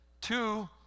Two